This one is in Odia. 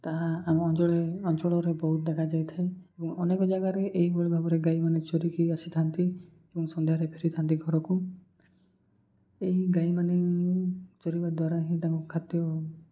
ତାହା ଆମ ଅଞ୍ଚଳ ଅଞ୍ଚଳରେ ବହୁତ ଦେଖାଯାଇଥାଏ ଏବଂ ଅନେକ ଜାଗାରେ ଏହିଭଳି ଭାବରେ ଗାଈମାନେ ଚରିକି ଆସିଥାନ୍ତି ଏବଂ ସନ୍ଧ୍ୟାରେ ଫେରିଥାନ୍ତି ଘରକୁ ଏହି ଗାଈମାନେ ଚରିବା ଦ୍ୱାରା ହିଁ ତାଙ୍କୁ ଖାଦ୍ୟ